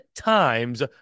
times